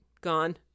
gone